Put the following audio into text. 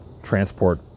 transport